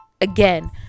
again